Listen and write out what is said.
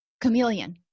chameleon